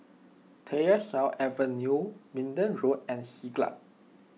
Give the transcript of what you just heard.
Tyersall Avenue Minden Road and Siglap